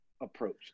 approach